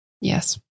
Yes